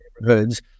neighborhoods